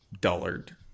dullard